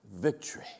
victory